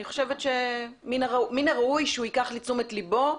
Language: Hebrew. חושבת שמין הראוי שהוא ייקח לתשומת ליבו,